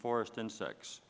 forest insects